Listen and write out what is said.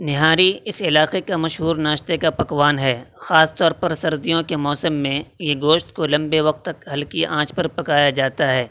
نہاری اس علاقے کا مشہور ناشتے کا پکوان ہے خاص طور پر سردیوں کے موسم میں یہ گوشت کو لمبے وقت تک ہلکی آنچ پر پکایا جاتا ہے